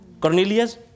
Cornelius